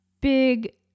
big